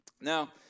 Now